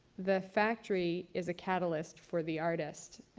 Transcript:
the factory is a catalyst for the artist,